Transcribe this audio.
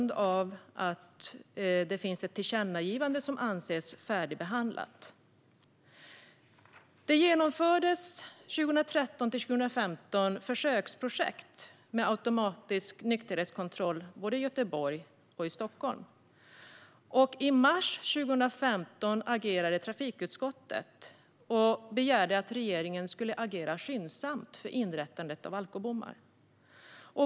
Det finns ett tillkännagivande som anses färdigbehandlat. Mellan 2013 och 2015 genomfördes försöksprojekt med automatisk nykterhetskontroll i både Göteborg och Stockholm. I mars 2015 agerade trafikutskottet och begärde att regeringen skulle agera skyndsamt för inrättandet av alkobommar.